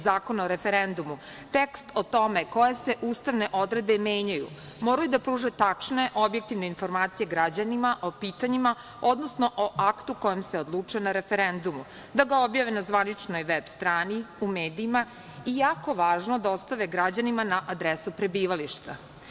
Zakona o referendumu, tekst o tome koje se ustavne odredbe menjaju moraju da pruže tačne, objektivne informacije građanima o pitanjima, odnosno o Aktu o kojem se odlučuje na referendumu, da ga objave na zvaničnoj veb-strani u medijima i jako važno, da ostave građanima na adresu prebivališta.